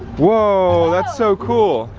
whoa, that's so cool.